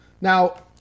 Now